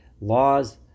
laws